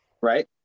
right